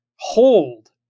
Hold